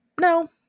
No